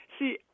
See